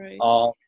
Right